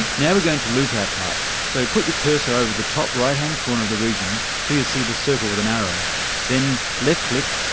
now we're going to loop our part so, put your cursor over the top right hand corner of the region till you see the circle with an arrow then left click,